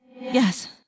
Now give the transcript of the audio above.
Yes